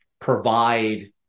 provide